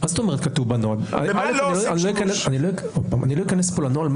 אני לא אכנס פה לנוהל,